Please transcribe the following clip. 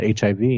HIV